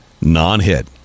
Non-hit